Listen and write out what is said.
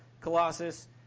Colossus